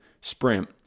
sprint